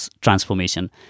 transformation